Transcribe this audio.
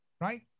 right